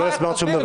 לא הסברת שום דבר.